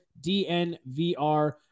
DNVR